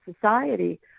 society